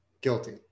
guilty